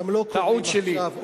טעות שלי.